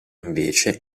invece